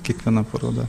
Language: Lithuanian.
kiekviena paroda